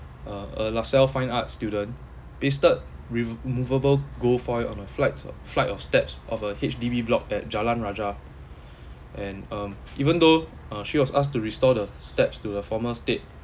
uh a lasalle fine arts student pasted with movable gold foil on a flights of flight of steps of a H_D_B block at jalan rajah and um even though she was asked to restore the steps to the former state